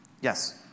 Yes